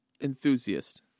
enthusiast